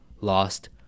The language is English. lost